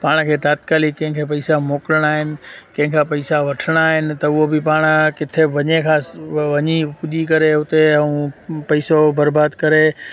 पाण खे तत्कालिक कंहिं खे भई पइसा मोकिलिणा आहिनि कंहिं खां पइसा वठिणा आहिनि त उहो बि पाण किथे बि वञे खां वञी पुॼी करे उते ऐं पैसो बर्बादु करे